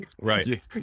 right